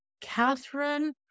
Catherine